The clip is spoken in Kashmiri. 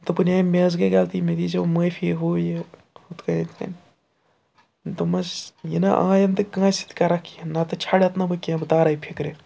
دوٚپُن ہے مےٚ حظ گٔے غلطی مےٚ دیٖزیو معٲفی ہُہ یہِ ہُتھ کٔنۍ یِتھ کٔنۍ دوٚپمَس یہِ نہ آیَنٛدٕ کٲنٛسہِ سۭتۍ کَرَکھ کیٚنٛہہ نَتہٕ چھَڑتھ نہٕ بہٕ کیٚنٛہہ بہٕ تارَے فِکرِ